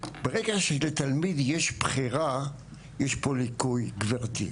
ברגע שלתמיד יש בחירה, יש פה ליקוי, גברתי.